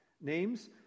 Names